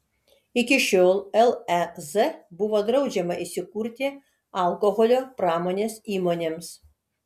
iki šiol lez buvo draudžiama įsikurti alkoholio pramonės įmonėms